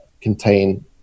contain